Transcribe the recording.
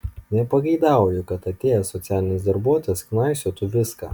nepageidauju kad atėjęs socialinis darbuotojas knaisiotų viską